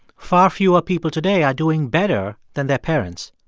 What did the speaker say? far fewer people today are doing better than their parents.